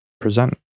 present